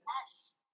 Yes